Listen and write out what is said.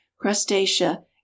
crustacea